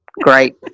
great